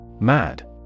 Mad